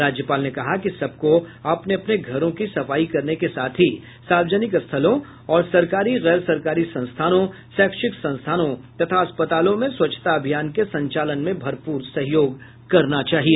राज्यपाल ने कहा कि सबको अपने अपने घरों की सफाई करने के साथ ही सार्वजनिक स्थलों और सरकारी गैर सरकारी संस्थानों शैक्षिक संस्थानों तथा अस्पतालों में स्वच्छता अभियान के संचालन में भरपूर सहयोग करना चाहिए